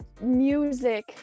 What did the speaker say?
music